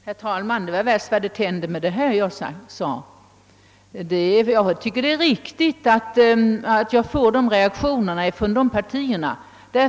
Herr talman! Det var värst vad det tände, mitt tidigare inlägg. Det är f.ö. riktigt med sådana reaktioner från oppositionspartierna.